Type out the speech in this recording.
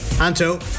Anto